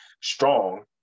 strong